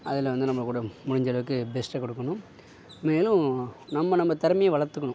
அதில் வந்து நம்ம கூட முடிஞ்ச அளவுக்கு பெஸ்ட்டை கொடுக்கணும் மேலும் நம்ம நம்ம திறமைய வளத்துக்கணும்